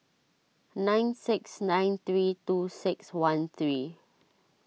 nine six nine three two six one three